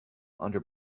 under